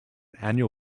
annual